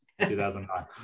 2009